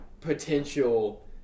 potential